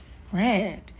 friend